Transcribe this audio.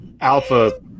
alpha